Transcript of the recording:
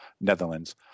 Netherlands